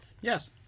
Yes